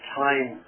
time